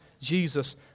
Jesus